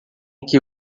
aqui